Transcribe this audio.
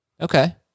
Okay